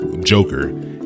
Joker